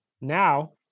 now